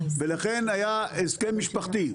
ולכן היה הסכם משפחתי.